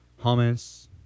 hummus